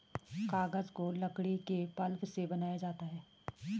कागज को लकड़ी के पल्प से बनाया जाता है